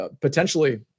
potentially